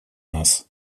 нас